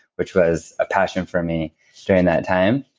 which was a passion for me during that time.